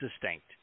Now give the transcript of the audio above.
distinct